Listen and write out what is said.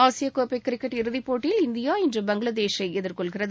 ஆசியக் கோப்பை கிரிக்கெட் இறுதிப் போட்டியில் இந்தியா இன்று பங்களாதேஷை எதிர்கொள்கிறது